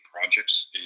projects